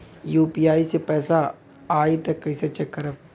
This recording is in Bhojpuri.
यू.पी.आई से पैसा आई त कइसे चेक खरब?